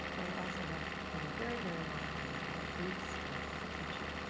but i also have, from a very very long time ago, a brief stint as a teacher,